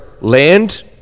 land